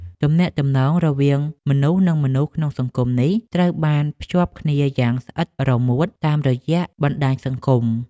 ទំនាក់ទំនងរវាងមនុស្ស និងមនុស្សក្នុងសម័យនេះត្រូវបានភ្ជាប់គ្នាយ៉ាងស្អិតរមួតតាមរយៈបណ្តាញសង្គម។